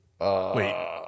Wait